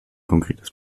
konkretes